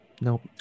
nope